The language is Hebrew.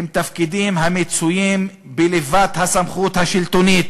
הם תפקידים המצויים בליבת הסמכות השלטונית